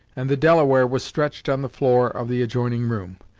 and the delaware was stretched on the floor of the adjoining room,